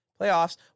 playoffs